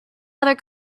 other